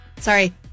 Sorry